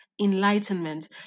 enlightenment